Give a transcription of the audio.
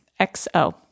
XO